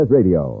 Radio